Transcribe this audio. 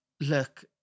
look